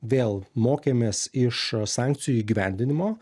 vėl mokėmės iš sankcijų įgyvendinimo